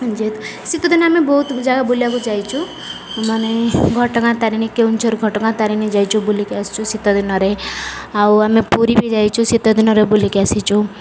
ଯେହେତୁ ଶୀତଦିନେ ଆମେ ବହୁତ ଜାଗା ବୁଲିବାକୁ ଯାଇଛୁ ମାନେ ଘଟଗାଁ ତାରିଣୀ କେଉଁଝର ଘଟଗାଁ ତାରିଣୀ ଯାଇଛୁ ବୁଲିକି ଆସିଚୁ ଶୀତ ଦିନରେ ଆଉ ଆମେ ପୁରୀ ବି ଯାଇଛୁ ଶୀତ ଦିନରେ ବୁଲିକି ଆସିଛୁ